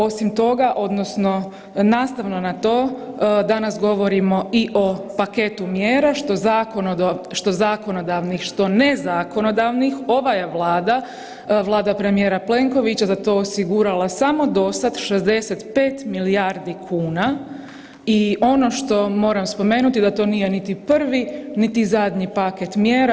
Osim toga, odnosno nastavno na to danas govorimo i o paketu mjera, što zakonodavnih, što nezakonodavnih, ova je Vlada, Vlada premijera Plenkovića za to osigurala samo dosad 65 milijardi kuna i ono što moram spomenuti, da to nije niti prvi niti zadnji paket mjera.